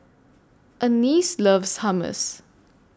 Annice loves Hummus